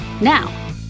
Now